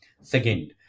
Second